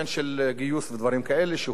שגם בו הוא נכשל כישלון חרוץ.